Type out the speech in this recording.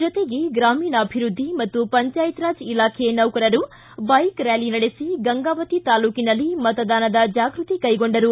ಜೊತೆಗೆ ಗ್ರಾಮೀಣಾಭಿವೃದ್ದಿ ಮತ್ತು ಪಂಚಾಯತ್ ರಾಜ್ ಇಲಾಖೆ ನೌಕರರು ಬೈಕ್ ರ್ಯಾಲಿ ನಡೆಸಿ ಗಂಗಾವತಿ ತಾಲೂಕಿನಲ್ಲಿ ಮತದಾನದ ಜಾಗೃತಿ ಕೈಗೊಂಡರು